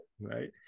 Right